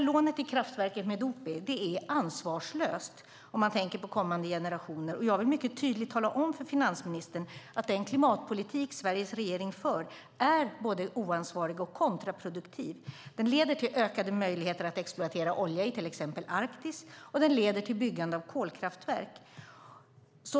Lånet till kraftverket är ansvarslöst om man tänker på kommande generationer. Och jag vill mycket tydligt tala om för finansministern att den klimatpolitik som Sveriges regering för är både oansvarig och kontraproduktiv. Den leder till ökade möjligheter att exploatera olja i till exempel Arktis, och den leder till byggande av kolkraftverk.